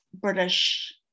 British